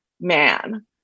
man